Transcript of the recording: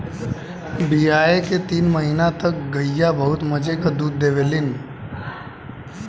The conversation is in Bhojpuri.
बियाये के तीन महीना तक गइया बहुत मजे के दूध देवलीन